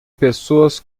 pessoas